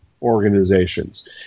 organizations